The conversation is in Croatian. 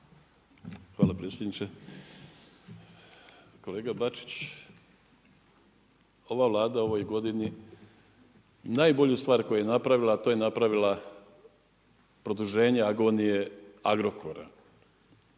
Hvala predsjedniče. Kolega Bačić, ova Vlada u ovoj godini najbolju stvar koju je napravila, a to je napravila produženje agonije Agrokora